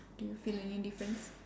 do you feel any difference